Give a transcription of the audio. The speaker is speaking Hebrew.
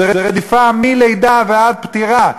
זו רדיפה מלידה ועד פטירה.